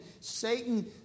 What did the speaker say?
Satan